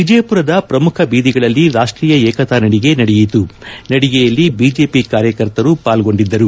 ವಿಜಯಪುರದ ಪ್ರಮುಖ ಬೀದಿಗಳಲ್ಲಿ ರಾಷ್ಟೀಯ ಏಕತಾ ನಡಿಗೆ ನಡೆಯಿತು ನಡಿಗೆಯಲ್ಲಿ ಬಿಜೆಪಿ ಕಾರ್ಯಕರ್ತರು ಪಾಲ್ಗೊಂಡಿದ್ದರು